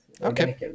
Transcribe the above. Okay